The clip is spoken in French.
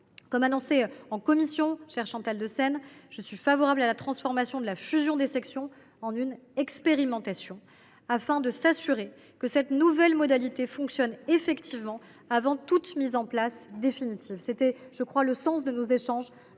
l’ai annoncé en commission, je suis favorable à la transformation de la fusion des sections en une expérimentation, afin de nous assurer que cette nouvelle modalité fonctionne de manière efficace avant toute mise en place définitive. Tel était, je crois, le sens des échanges